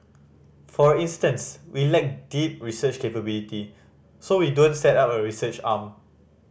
for instance we lack deep research capability so we don't set up a research arm